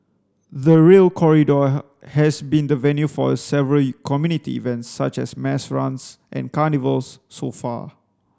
the Rail Corridor has been the venue for several community events such as mass runs and carnivals so far